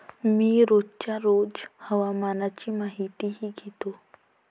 मी रोजच्या रोज हवामानाची माहितीही घेतो